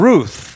Ruth